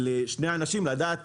לשני אנשים לדעת